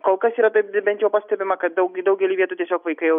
kol kas yra taip be bent jau pastebima kad daug daugely vietų tiesiog vaikai jau